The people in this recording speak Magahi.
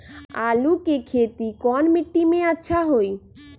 आलु के खेती कौन मिट्टी में अच्छा होइ?